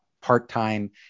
part-time